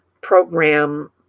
program